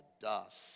dust